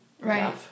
right